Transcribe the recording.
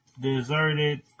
deserted